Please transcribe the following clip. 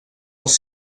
els